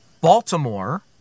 Baltimore